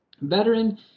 veteran